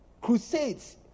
Crusades